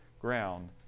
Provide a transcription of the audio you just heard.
ground